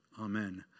Amen